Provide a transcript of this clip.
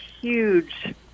huge